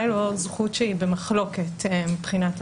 לא זכות שהיא במחלוקת מבחינת הממשלה.